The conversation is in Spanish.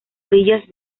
orillas